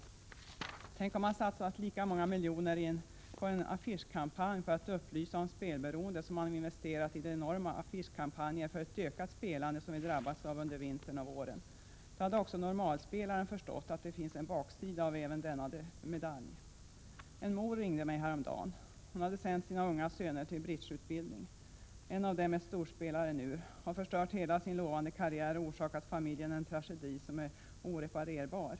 Tänk om man satsat lika många miljoner kronor på en affischkampanj för att upplysa om spelberoende som man investerat i de enorma affischkampanjer för ett ökat spelande som vi drabbats av under vintern och våren! Då hade också normalspelaren förstått att det finns en baksida även av denna medalj. En mor ringde mig häromdagen. Hon hade sänt sina unga söner till bridgeutbildning. En av dem är storspelare nu, har förstört hela sin lovande karriär och orsakat familjen en tragedi som är oreparerbar.